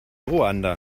ruanda